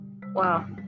wow